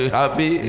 happy